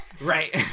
Right